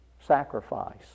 sacrifice